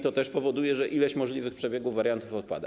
To też powoduje, że ileś możliwych przebiegów, wariantów odpada.